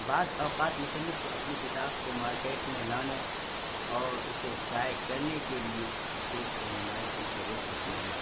بعض اوقات مصنف کو اپنی کتاب کو مارکیٹ میں لانے اور اسے شائع کرنے کے لیے ٹھیک رہنمائی کی ضرورت ہوتی ہے